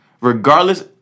Regardless